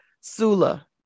Sula